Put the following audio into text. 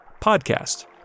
podcast